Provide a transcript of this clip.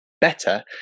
better